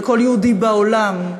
לכל יהודי בעולם,